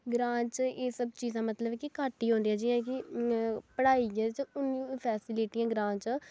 ग्रांऽ च एह् सब चीजां मतलब कि घट्ट ई होंदियां जि'यां कि पढ़ाई जेह्दे च हून फैसिलिटियां ग्रांऽ च